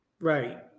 right